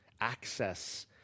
access